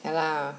ya lah